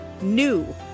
NEW